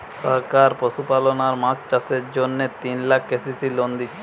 সরকার পশুপালন আর মাছ চাষের জন্যে তিন লাখ কে.সি.সি লোন দিচ্ছে